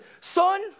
son